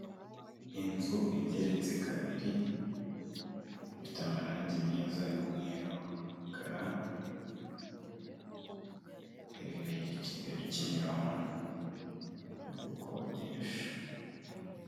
Inzu igeretse kabiri ifite amarangi meza y'umweru n'umukara iherereye Kigali Kimironko ni iyo gukodesha.